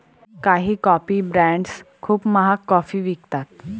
काही coffee brands खूप महाग कॉफी विकतात